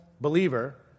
believer